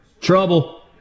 Trouble